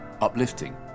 uplifting